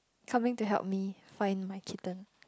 coming to help me find my kitten